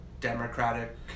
democratic